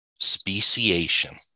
speciation